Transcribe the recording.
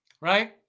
Right